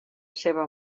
seva